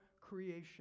creation